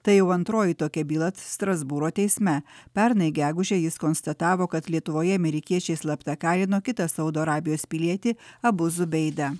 tai jau antroji tokia byla strasbūro teisme pernai gegužę jis konstatavo kad lietuvoje amerikiečiai slapta kalino kitą saudo arabijos pilietį abuzu beidą